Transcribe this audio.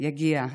יגיע.